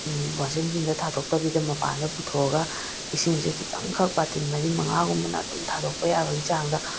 ꯋꯥꯁꯤꯡ ꯃꯦꯆꯤꯟꯗ ꯊꯥꯗꯣꯛꯇꯕꯤꯗ ꯃꯄꯥꯟꯗ ꯄꯨꯊꯣꯛꯑꯒ ꯏꯁꯤꯡꯁꯤ ꯈꯤꯇꯪꯈꯛ ꯕꯥꯇꯤꯟ ꯃꯔꯤ ꯃꯉꯥꯒꯨꯝꯕꯅ ꯑꯗꯨꯝ ꯊꯥꯗꯣꯛꯄ ꯌꯥꯕꯒꯤ ꯆꯥꯡꯗ